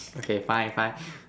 okay fine fine